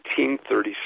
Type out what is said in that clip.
1837